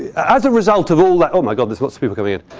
as a result of. oh like oh my god, there's lots of people coming in